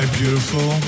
beautiful